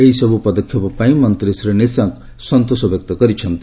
ଏହିସବୁ ପଦକ୍ଷେପ ପାଇଁ ମନ୍ତ୍ରୀ ଶ୍ରୀ ନିଶଙ୍କ ସନ୍ତୋଷ ବ୍ୟକ୍ତ କରିଛନ୍ତି